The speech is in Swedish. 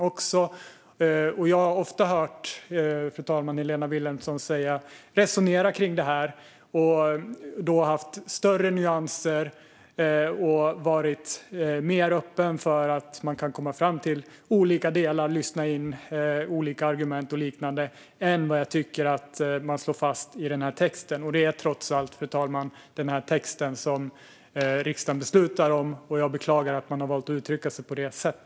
Jag har, fru talman, ofta hört Helena Vilhelmsson resonera kring detta. Hon har då haft fler nyanser och varit mer öppen för att man kan komma fram till olika saker och lyssna in olika argument än vad jag tycker framgår av den här texten. Det är trots allt, fru talman, texten som riksdagen beslutar om, och jag beklagar att man har valt att uttrycka sig på detta sätt.